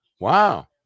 Wow